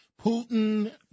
Putin